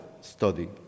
study